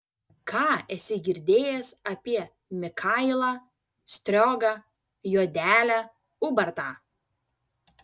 ką esi girdėjęs apie mikailą striogą juodelę ubartą